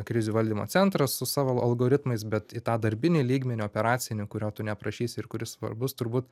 krizių valdymo centras su savo algoritmais bet į tą darbinį lygmenį operacinį kurio tu neaprašysi ir kuris svarbus turbūt